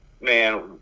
man